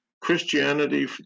christianity